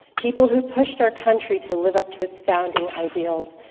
people who pushed our country to live up to it's founding ideals,